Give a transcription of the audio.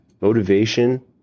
motivation